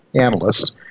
analysts